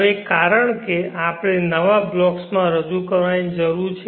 હવે કારણ કે આપણે નવા બ્લોક્સ રજૂ કરવાની જરૂર છે